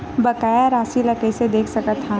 बकाया राशि ला कइसे देख सकत हान?